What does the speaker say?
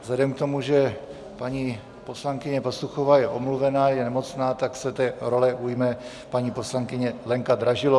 Vzhledem k tomu, že paní poslankyně Pastuchová je omluvena, je nemocná, tak se té role ujme paní poslankyně Lenka Dražilová.